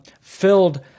filled